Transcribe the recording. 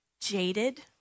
jaded